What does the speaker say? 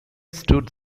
stood